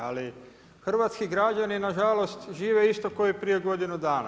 Ali hrvatski građani na žalost žive isto kao i prije godinu dana.